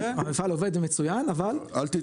כן, המפעל עובד מצוין, אבל --- אל תתנצל ניר.